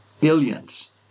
billions